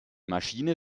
maschine